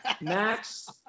Max